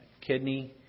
kidney